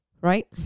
right